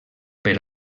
per